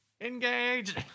Engage